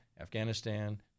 Afghanistan